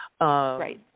Right